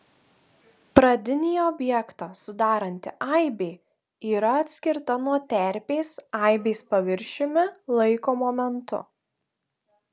pradinį objektą sudaranti aibė yra atskirta nuo terpės aibės paviršiumi laiko momentu